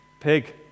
Pig